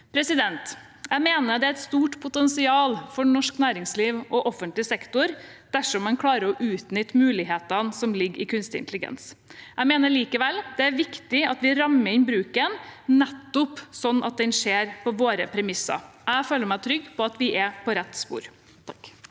Oceanopolis. Jeg mener det er et stort potensial for norsk næringsliv og offentlig sektor dersom man klarer å utnytte mulighetene som ligger i kunstig intelligens. Jeg mener likevel det er viktig at vi rammer inn bruken, nettopp sånn at den skjer på våre premisser. Jeg føler meg trygg på at vi er på rett spor.